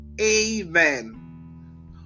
amen